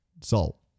salt